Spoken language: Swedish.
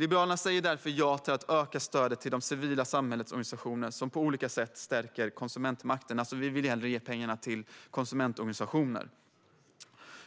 Liberalerna säger därför ja till att öka stödet till de civila samhällsorganisationer som på olika sätt stärker konsumentmakten. Vi vill alltså hellre ge pengarna till konsumentorganisationer.